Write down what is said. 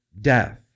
death